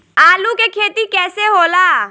आलू के खेती कैसे होला?